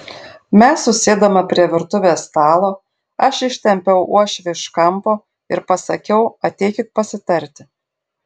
mes susėdome prie virtuvės stalo aš ištempiau uošvį iš kampo ir pasakiau ateikit pasitarti